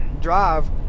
drive